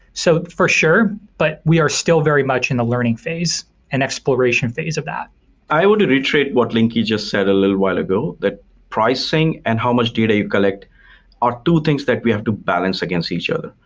so for sure, but we are still very much in the learning phase and exploration phase of that i would reiterate what lingke just said a little while ago, that pricing and how much data you collect are two things that we have to balance against each other,